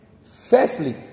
firstly